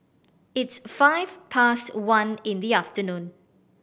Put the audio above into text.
its five past one in the afternoon